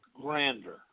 grander